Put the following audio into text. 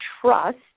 trust